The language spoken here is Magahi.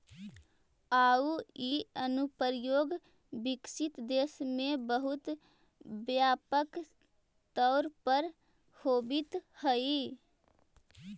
आउ इ अनुप्रयोग विकसित देश में बहुत व्यापक तौर पर होवित हइ